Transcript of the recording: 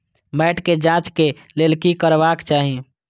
मैट के जांच के लेल कि करबाक चाही?